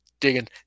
digging